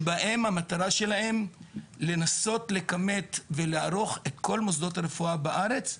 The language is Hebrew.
שהמטרה שלהם היא לנסות לכמת ולערוך את כל מוסדות הרפואה בארץ.